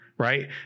right